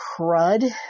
crud